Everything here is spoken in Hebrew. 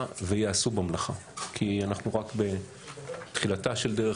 ויעשו במלאכה כי אנחנו רק בתחילתה של דרך,